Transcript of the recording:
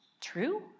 true